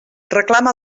reclama